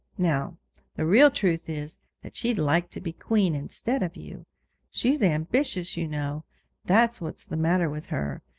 now the real truth is that she'd like to be queen instead of you she's ambitious, you know that's what's the matter with her.